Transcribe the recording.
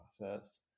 process